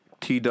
TW